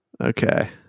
Okay